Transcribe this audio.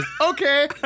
okay